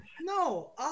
No